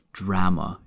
drama